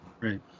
Right